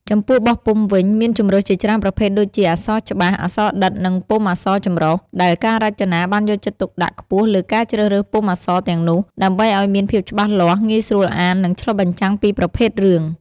ចំពោះពុម្ពអក្សរវិញ មានជម្រើសជាច្រើនប្រភេទដូចជា អក្សរច្បាស់ អក្សរដិត និងពុម្ពអក្សរចម្រុះ ដែលការរចនាបានយកចិត្តទុកដាក់ខ្ពស់លើការជ្រើសរើសពុម្ពអក្សរទាំងនោះ ដើម្បីឲ្យមានភាពច្បាស់លាស់ ងាយស្រួលអាន និងឆ្លុះបញ្ចាំងពីប្រភេទរឿង។